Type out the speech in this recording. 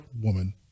woman